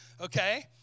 okay